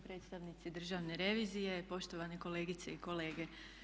predstavnici Državne revizije, poštovane kolegice i kolege.